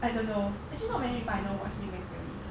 I don't know actually not many people I know watch big bang theory